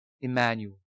Emmanuel